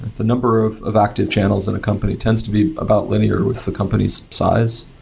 the number of of active channels at a company tends to be about linear with the company's size,